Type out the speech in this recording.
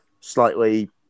slightly